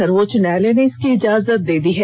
सर्वोच्च न्यायालय ने इसकी इजाजत दे दी है